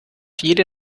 jede